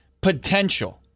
potential